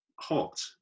hot